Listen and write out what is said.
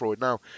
Now